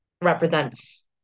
represents